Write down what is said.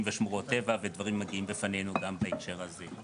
ושמורות טבע ודברים מגיעים בפנינו גם בהקשר הזה.